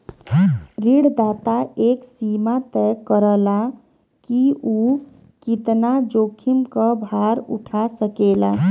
ऋणदाता एक सीमा तय करला कि उ कितना जोखिम क भार उठा सकेला